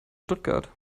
stuttgart